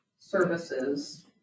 Services